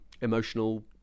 emotional